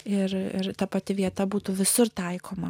ir ta pati vieta būtų visur taikoma